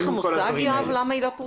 יואב, יש לך מושג למה היא לא פורסמה?